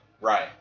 Right